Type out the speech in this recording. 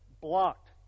blocked